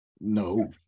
No